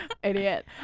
idiot